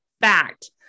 fact